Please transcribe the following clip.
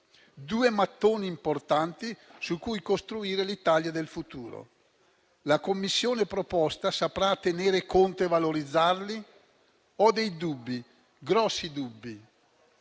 due mattoni importanti, su cui costruire l'Italia del futuro. La Commissione proposta saprà tenerne conto e valorizzarli? Ho dei dubbi, grossi dubbi.